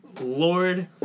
Lord